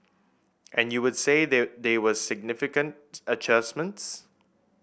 and would you say they they were significant adjustments